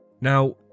Now